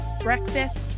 breakfast